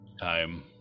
time